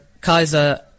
kaiser